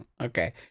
okay